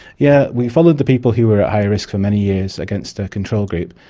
yeah we followed the people who were at high risk for many years against a control group.